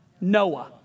Noah